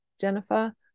jennifer